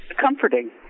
comforting